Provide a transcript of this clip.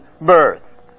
birth